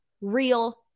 real